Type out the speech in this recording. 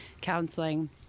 counseling